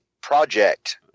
project